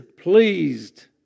pleased